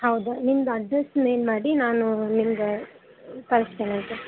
ಹೌದಾ ನಿಮ್ದು address mail ಮಾಡಿ ನಾನು ನಿಮ್ಗೆ ಕಳ್ಸ್ತೇನೆ ಆಯಿತಾ